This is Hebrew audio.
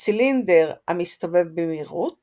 צילינדר המסתובב במהירות